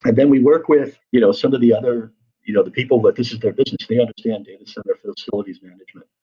and then we work with you know some of the other you know the people that this is their business. they understand data center facilities management,